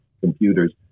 computers